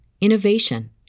innovation